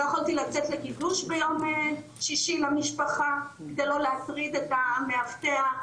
לא יכולתי לצאת לקידוש ביום שישי למשפחה כדי לא להטריד את המאבטח,